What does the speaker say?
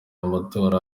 matora